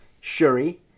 Shuri